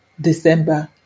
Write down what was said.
December